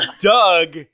Doug